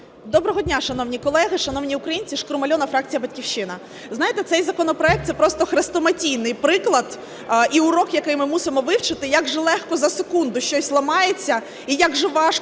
Доброго дня, шановні колеги, шановні українці! Шкрум Альона, фракція "Батьківщина". Знаєте, цей законопроект – це просто хрестоматійний приклад і урок, який ми мусимо вивчити, як же легко за секунду щось ламається і як же важко